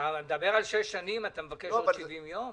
אתה מדבר על שש שנים ואתה מבקש עוד 70 יום?